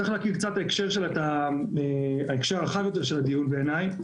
צריך להכיר קצת את ההקשר הרחב יותר של הדיון בעיניי.